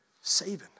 saving